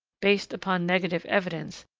based upon negative evidence,